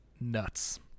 Nuts